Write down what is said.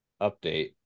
update